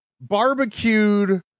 barbecued